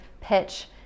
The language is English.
pitch